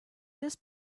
this